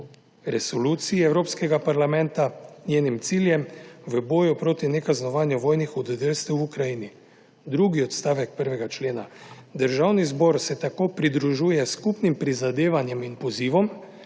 resoluciji Evropskega parlamenta, njenim ciljem v boju proti nekaznovanju vojnih hudodelstev v Ukrajini.« Drugi odstavek 1. člena: »Državni zbor se tako pridružuje skupnim prizadevanjem in pozivom,